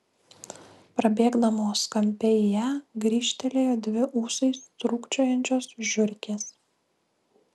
prabėgdamos kampe į ją grįžtelėjo dvi ūsais trūkčiojančios žiurkės